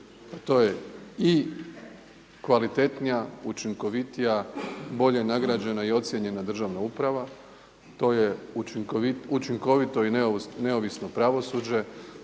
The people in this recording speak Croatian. To je i kvalitetnija, učinkovitija, bolje nagrađena i ocijenjena državna uprava, to je učinkovito i neovisno pravosuđe,